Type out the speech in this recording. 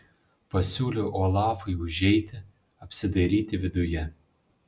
pasiūliau olafui užeiti apsidairyti viduje